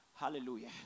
Hallelujah